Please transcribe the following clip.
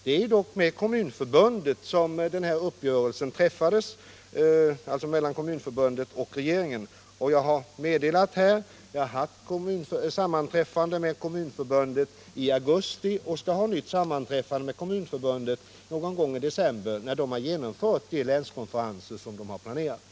Det är ändock mellan — utbyggnadsplaner Kommunförbundet och regeringen som den här uppgörelsen träffats, och för daghemmen som jag meddelat här har jag haft ett sammanträffande med Kommun förbundet i augusti och skall ha ett nytt sammanträffande med Kom munförbundet någon gång i december, när förbundet genomfört de länskonferenser som har planerats.